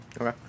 Okay